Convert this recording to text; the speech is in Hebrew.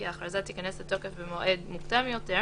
ההכרזה תיכנס לתוקף במועד מוקדם יותר,